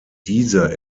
diese